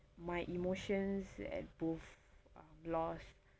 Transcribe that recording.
my emotions at both uh loss